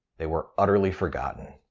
they were utterly forgotten.